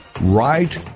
Right